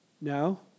No